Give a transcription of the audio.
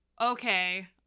okay